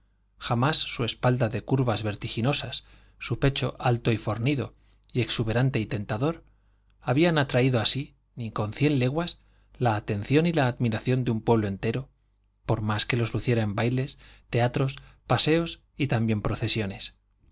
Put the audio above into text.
jamás su espalda de curvas vertiginosas su pecho alto y fornido y exuberante y tentador habían atraído así ni con cien leguas la atención y la admiración de un pueblo entero por más que los luciera en bailes teatros paseos y también procesiones